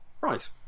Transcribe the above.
Right